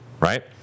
right